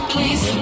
Please